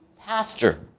pastor